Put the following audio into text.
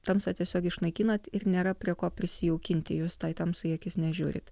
tamsą tiesiog išnaikinat ir nėra prie ko prisijaukinti jūs tai tamsai į akis nežiūrit